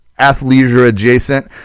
athleisure-adjacent